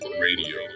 Radio